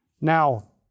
Now